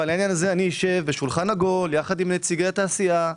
ועל העניין הזה אני אשב בשולחן עגול יחד עם נציגי התעשייה,